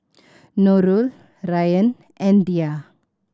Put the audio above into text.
Nurul Ryan and Dhia